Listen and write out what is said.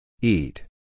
Eat